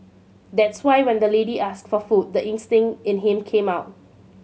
that's why when the lady asked for food the instinct in him came out